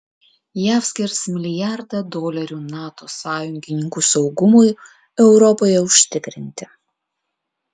jav skirs milijardą dolerių nato sąjungininkų saugumui europoje užtikrinti